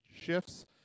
shifts